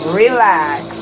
relax